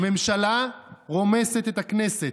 הממשלה רומסת את הכנסת,